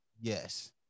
Yes